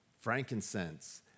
frankincense